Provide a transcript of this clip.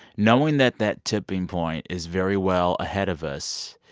knowing that that tipping point is very well ahead of us,